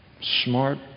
Smart